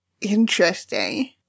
Interesting